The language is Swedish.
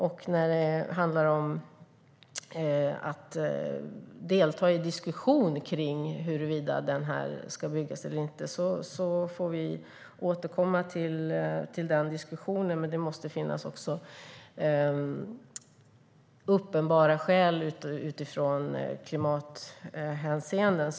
Vi får återkomma till diskussionen om huruvida ledningen ska byggas eller inte, men för att kunna stoppa den måste det finnas uppenbara skäl utifrån klimathänseenden.